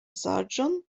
saĝon